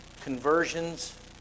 conversions